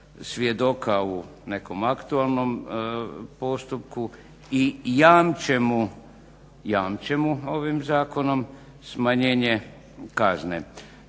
svjedoka u nekom aktualnom postupku i jamče mu ovim zakonom smanjenje kazne.